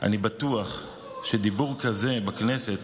אני בטוח שדיבור כזה בכנסת,